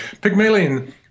Pygmalion